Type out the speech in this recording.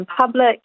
public